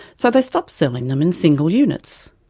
so they stopped selling them in single units.